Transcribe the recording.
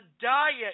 diet